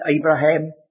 Abraham